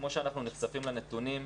כמו שאנחנו נחשפים לנתונים,